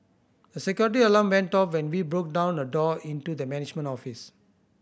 a security alarm went off when we broke down a door into the management office